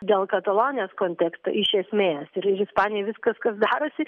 dėl katalonijos konteksto iš esmės ir ispanijoje viskas kas darosi